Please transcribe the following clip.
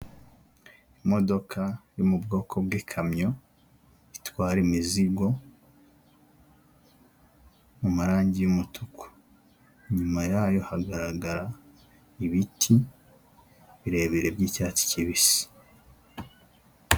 Imodoka yo mu bwoko bw'ikamyo itwara imizigo, mu marangi y'umutuku, Inyuma yayo hagaragara ibiti birebire by'icyatsi kibisi.